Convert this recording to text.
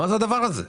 מה זה הדבר הזה?